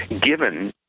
given